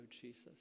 Jesus